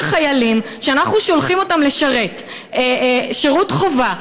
חיילים שאנחנו שולחים לשרת שירות חובה,